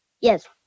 Yes